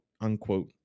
unquote